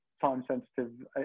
time-sensitive